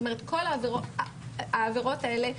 העבירות האלה,